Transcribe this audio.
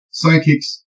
psychics